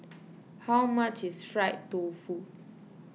how much is Fried Tofu